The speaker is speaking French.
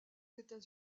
états